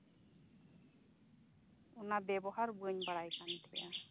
ᱚᱱᱟ ᱵᱮᱵᱚᱦᱟᱨ ᱵᱟᱹᱧ ᱵᱟᱲᱟᱭ ᱠᱟᱱ ᱛᱟᱦᱮᱸᱼᱟ